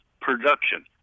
production